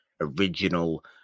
original